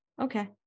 Okay